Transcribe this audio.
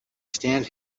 stand